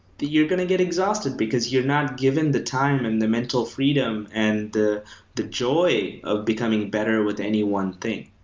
you're going to get exhausted because you're not given the time and the mental freedom and the the joy of becoming better with any one thing.